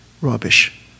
Rubbish